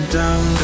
down